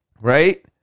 right